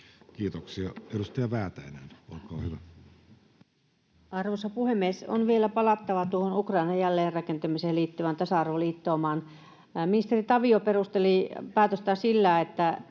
Time: 16:41 Content: Arvoisa puhemies! On vielä palattava tuohon Ukrainan jälleenrakentamiseen liittyvään tasa-arvoliittoumaan. Ministeri Tavio perusteli päätöstään sillä, että